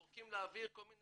זורקים לאוויר כל מיני